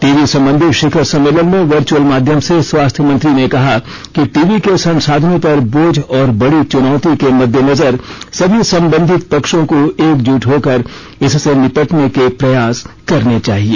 TB संबंधी शिखर सम्मेलन में वर्चअल माध्यम से स्वास्थ्य मंत्री ने कहा कि टीबी के संसाधनों पर बोझ और बड़ी चुनौती के मद्देनजर सभी संबधित पक्षों को एकजुट होकर इससे निपटने के प्रयास करने चाहिए